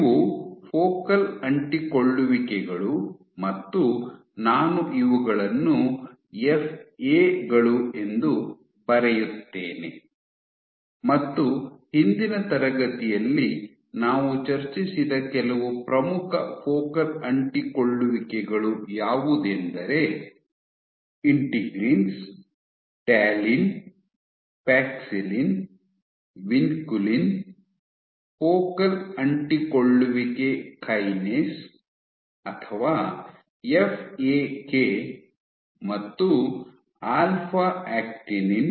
ಇವು ಫೋಕಲ್ ಅಂಟಿಕೊಳ್ಳುವಿಕೆಗಳು ಮತ್ತು ನಾನು ಇವುಗಳನ್ನು ಎಫ್ಎಗಳು ಎಂದು ಬರೆಯುತ್ತೇನೆ ಮತ್ತು ಹಿಂದಿನ ತರಗತಿಯಲ್ಲಿ ನಾವು ಚರ್ಚಿಸಿದ ಕೆಲವು ಪ್ರಮುಖ ಫೋಕಲ್ ಅಂಟಿಕೊಳ್ಳುವಿಕೆಗಳು ಯಾವುದೆಂದರೆ integrins talin paxillin vinculin focal ಅಂಟಿಕೊಳ್ಳುವಿಕೆ ಕೈನೇಸ್ ಅಥವಾ ಎಫ್ಎಕೆ ಮತ್ತು ಆಲ್ಫಾ ಆಕ್ಟಿನಿನ್